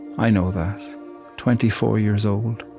i know that twenty four years old.